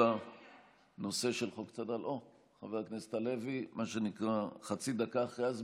מה שנקרא פה אחד,